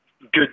good